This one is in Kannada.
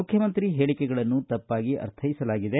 ಮುಖ್ಯಮಂತ್ರಿಗಳ ಹೇಳಿಕೆಗಳನ್ನು ತಪ್ಪಾಗಿ ಅರ್ಥೈಸಲಾಗಿದೆ